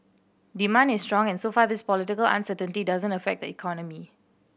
demand is strong and so far this political uncertainty doesn't affect the economy